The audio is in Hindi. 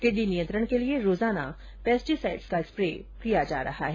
टिड्डी नियंत्रण के लिये रोजाना पेस्टीसाइड का स्प्रे किया जा रहा है